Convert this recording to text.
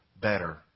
Better